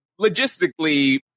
logistically